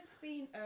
seen